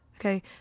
Okay